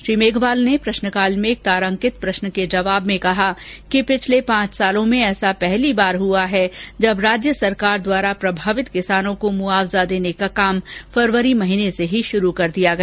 श्री मेघवाल ने प्रश्नकाल में एक तारांकित प्रश्न के जवाब में कहा कि पिछले पांच वर्षो में ऐसा पहली बार हुआ है जब राज्य सरकार द्वारा प्रभावित किसानों को मुआवजा देने का काम फरवरी महीने से ही शुरू कर दिया गया